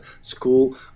school